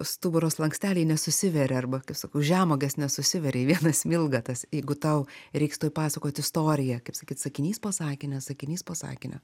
stuburo slanksteliai nesusiveria arba kaip sakau žemuogės nesusiveria į vieną smilgą tas jeigu tau reiks tuoj pasakot istoriją kaip sakyt sakinys po sakinio sakinys po sakinio